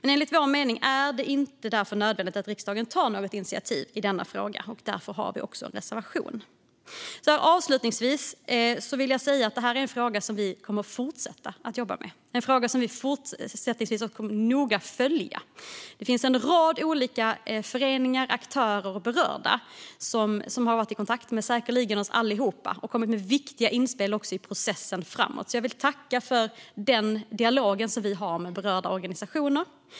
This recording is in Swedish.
Enligt vår mening är det därför inte nödvändigt att riksdagen tar något initiativ i denna fråga. Därför har vi också en reservation. Avslutningsvis vill jag säga att detta är en fråga som vi kommer att fortsätta att jobba med och fortsättningsvis kommer att följa noga. Det finns en rad olika föreningar, aktörer och berörda som har varit i kontakt med säkerligen oss allihop och kommit med viktiga inspel i processen framåt. Jag vill tacka för den dialog som vi har med berörda organisationer.